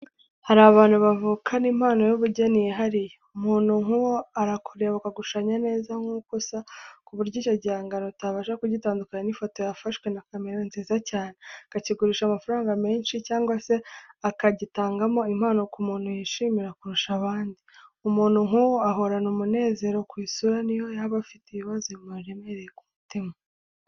Hari abantu bavukana impano y'ubugeni yihariye, umuntu nk'uwo arakureba, akagushushanya neza nk'uko usa, ku buryo icyo gihangano utabasha kugitandukanya n'ifoto yafashwe na kamera nziza cyane, akigurisha amafaranga menshi cyangwa se akagitangaho impano ku muntu yishimira kurusha abandi. Umuntu nk'uwo, ahorana umunezero ku isura n'iyo yaba afite ibibazo bimuremereye mu mutima.